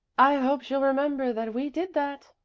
i hope she'll remember that we did that,